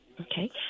Okay